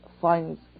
finds